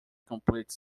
complete